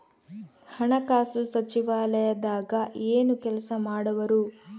ಹಣಕಾಸು ಸಚಿವಾಲಯದಾಗ ಏನು ಕೆಲಸ ಮಾಡುವರು?